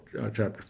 chapter